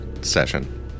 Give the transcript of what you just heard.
session